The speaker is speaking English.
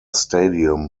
stadium